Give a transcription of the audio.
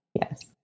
Yes